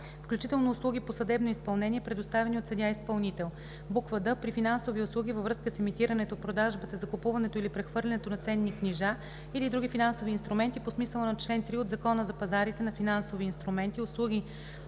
включително услуги по съдебното изпълнение, предоставяни от съдия-изпълнител; д) при финансови услуги във връзка с емитирането, продажбата, закупуването или прехвърлянето на ценни книжа или други финансови инструменти по смисъла на чл. 3 от Закона за пазарите на финансови инструменти, услуги